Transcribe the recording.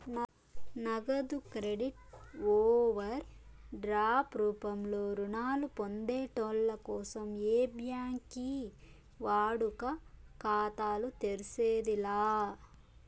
నగదు credit overdraft రూపంలో రుణాలు పొందేటోళ్ళ కోసం ఏ బ్యాంకి వాడుక ఖాతాలు తెర్సేది లా